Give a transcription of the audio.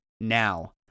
now